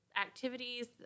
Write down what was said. activities